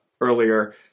earlier